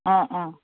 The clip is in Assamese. অঁ অঁ